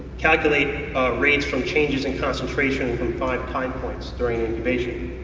calculate rates from changes in concentration from five time points during incubation.